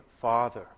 Father